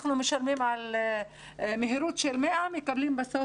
אנחנו משלמים על מהירות של 100 ובסוף